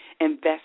invest